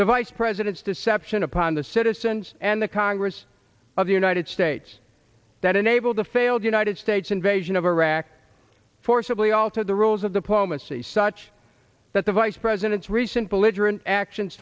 the vice president's deception upon the citizens and the congress of the united states that enabled the failed united states invasion of iraq forcibly altered the rules of the pomus see such that the vice president's recent belligerent actions